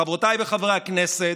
חברותיי וחבריי חברי הכנסת,